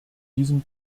diesem